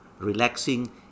relaxing